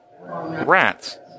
Rats